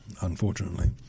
Unfortunately